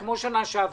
כמו בשנה שעברה?